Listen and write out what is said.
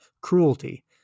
cruelty